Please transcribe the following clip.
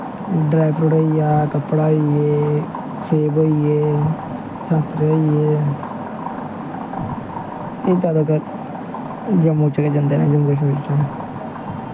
dry fruit होई गेआ कपड़े होई गे सेब होई गे संतरे होई गे एह् जैदातर जम्मू चा गै जंदे न जम्मू चा